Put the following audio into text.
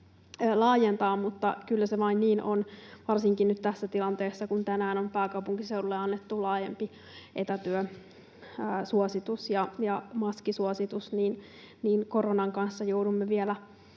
laajentaa, mutta kyllä se vain niin on varsinkin nyt tässä tilanteessa, kun tänään on pääkaupunkiseudulle annettu laajempi etätyösuositus ja maskisuositus, että koronan kanssa joudumme vielä